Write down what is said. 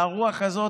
והרוח הזאת,